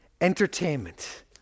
entertainment